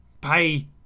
pay